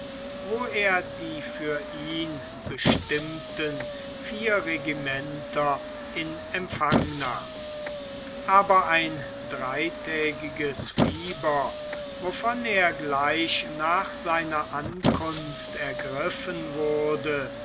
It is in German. wo er die für ihn bestimmten vier regimenter in empfang nahm aber ein dreitägiges fieber wovon er gleich nach seiner ankunft ergriffen wurde